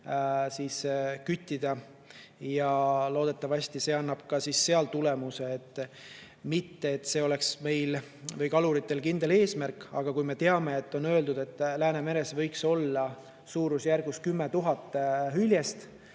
küttida. Loodetavasti see annab tulemuse. Mitte et see oleks meil või kaluritel kindel eesmärk. Aga me teame, et on öeldud, et Läänemeres võiks olla suurusjärgus 10 000 hüljest